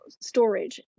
storage